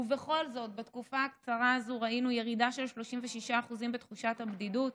ובכל זאת בתקופה הקצרה הזאת ראינו ירידה של 36% בתחושת הבדידות,